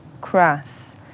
crass